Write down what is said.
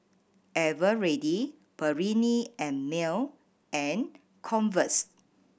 Eveready Perllini and Mel and Converse